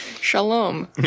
Shalom